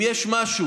אם יש משהו